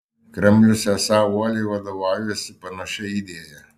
kremlius esą uoliai vadovaujasi panašia idėja